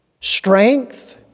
strength